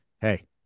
Hey